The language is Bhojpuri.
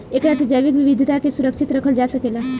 एकरा से जैविक विविधता के सुरक्षित रखल जा सकेला